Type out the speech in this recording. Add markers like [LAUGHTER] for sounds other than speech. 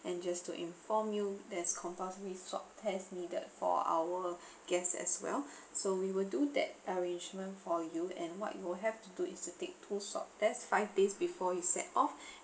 and just to inform you there's compulsory swap test needed for our [BREATH] guests as well [BREATH] so we will do that arrangement for you and what you'll have to do is to take two swab test five days before you set off [BREATH]